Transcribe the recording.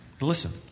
Listen